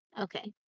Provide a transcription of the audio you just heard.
Okay